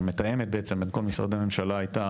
המתאמת בעצם את כל משרדי הממשלה הייתה